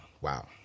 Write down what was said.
wow